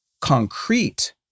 concrete